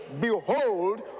Behold